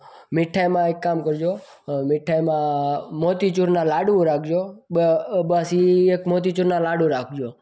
મીઠાઈમાં એક કામ કરજો મીઠાઈમાં મોતીચુરના લાડુ રાખજો બ બસ એ એક મોતીચુરના લાડુ રાખજો